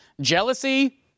Jealousy